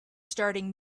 starting